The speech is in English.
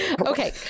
Okay